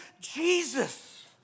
Jesus